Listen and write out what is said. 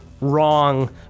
wrong